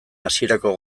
hasierako